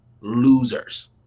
losers